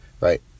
right